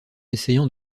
essayant